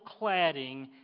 cladding